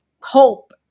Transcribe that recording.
hope